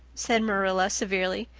said marilla severely.